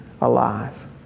alive